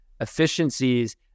efficiencies